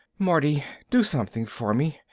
marty, do something for me.